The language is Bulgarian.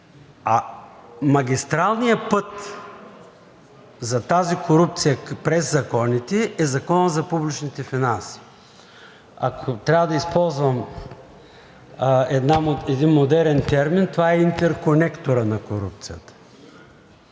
А магистралният път за тази корупция през законите е Законът за публичните финанси. Ако трябва да използвам един модерен термин, това е „интерконекторът“ на корупцията.